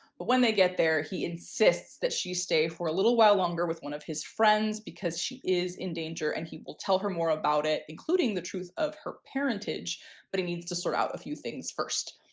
but when they get there he insists that she stay for a little while longer with one of his friends because she is in danger and he will tell her more about it, including the truth of her parentage but he needs to sort out a few things first.